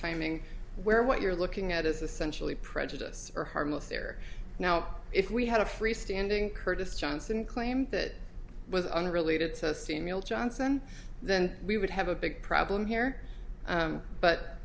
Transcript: timing where what you're looking at is essentially prejudiced or harmless there now if we had a freestanding curtis johnson claim that was unrelated to female johnson then we would have a big problem here